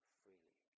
freely